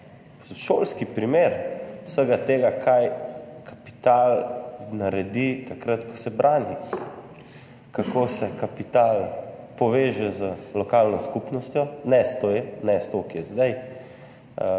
šolski primer vsega tega, kar kapital naredi takrat, ko se brani, kako se kapital poveže z lokalno skupnostjo, ne s to, ki je zdaj